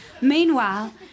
Meanwhile